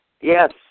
Yes